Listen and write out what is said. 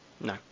no